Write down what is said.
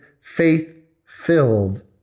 faith-filled